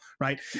right